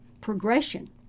progression